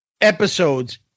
episodes